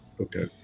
Okay